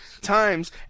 times